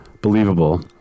believable